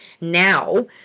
now